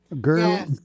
Girl